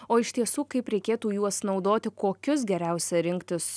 o iš tiesų kaip reikėtų juos naudoti kokius geriausia rinktis